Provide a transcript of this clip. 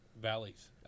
Valleys